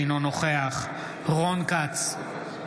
אינו נוכח רון כץ,